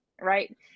right